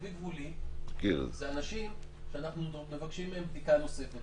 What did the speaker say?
חיובי גבולי זה אנשים שאנחנו מבקשים מהם בדיקה נוספת.